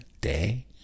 day